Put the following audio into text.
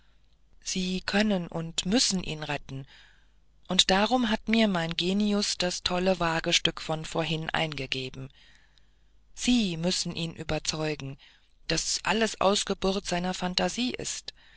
sie können und müssen ihn retten und darum hat mir mein genius das tolle wagestück von vorhin eingegeben sie müssen ihn überzeugen daß alles ausgeburt seiner phantasie ist